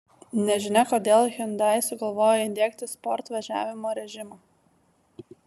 nežinia kodėl hyundai sugalvojo įdiegti sport važiavimo režimą